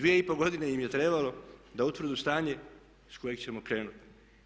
2,5 godine im je trebalo da utvrde stanje s kojeg ćemo krenuti.